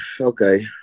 okay